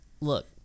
look